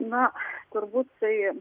na turbūt tai